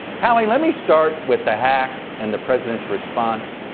hallie, let me start with the hack and the president's response,